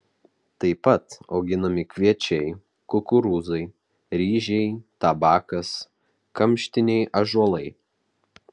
tai pat auginami kviečiai kukurūzai ryžiai tabakas kamštiniai ąžuolai